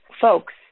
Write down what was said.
folks